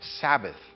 Sabbath